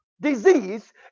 disease